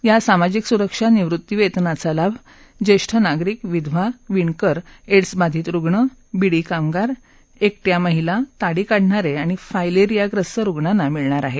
या सामाजिक सुरक्षा निवृत्ती वेतनांचा लाभ ज्येष्ठ नागरिक विधवा विणकर एड्सबाधित रुग्ण बिडी कामगार एक् आ महिला ताडी काढणारे आणि फायलेरियाग्रस्त रुग्णांना मिळणार आहे